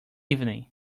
evening